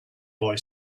boy